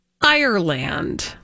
Ireland